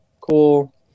cool